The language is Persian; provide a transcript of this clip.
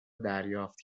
دریافت